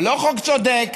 הוא לא חוק צודק,